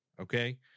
okay